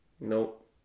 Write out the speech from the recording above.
Nope